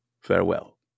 farewell